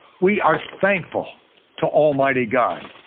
we are thankful to almighty god.